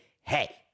hey